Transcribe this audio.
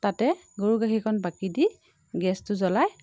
তাতে গৰু গাখীৰকণ বাকি দি গেছটো জ্বলাই